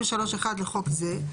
לחוק זה,